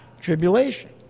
tribulation